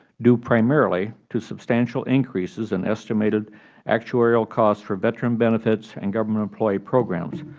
due primarily to substantial increases in estimated actuarial costs for veteran benefits and government employee programs,